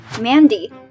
Mandy